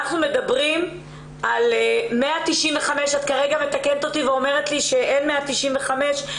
את אומרת שיש 147 בני נוער